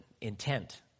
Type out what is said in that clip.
intent